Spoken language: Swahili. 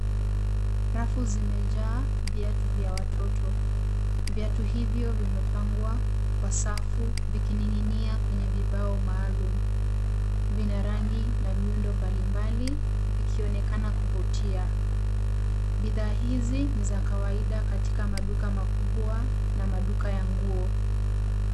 Rafu zimejaa viatu vya watoto. Viatu hivyo vimepangwa kwa safu vikining'inia kwenye vibao maalum. Vina rangi na miundo mbalimbali vikionekana kuvutia. Bidhaa hizi ni za kawaida katika maduka makubwa na maduka ya nguo.